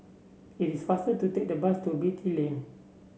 it is faster to take the bus to Beatty Lane